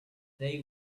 they